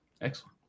Excellent